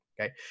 okay